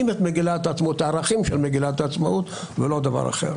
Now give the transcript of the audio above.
את הערכים של מגילת העצמאות ולא דבר אחר.